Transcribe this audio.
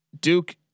Duke